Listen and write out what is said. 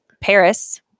Paris